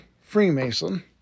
Freemason